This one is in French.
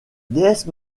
déesse